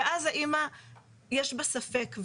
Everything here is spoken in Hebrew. ואז האמא יש בה ספק,